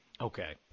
Okay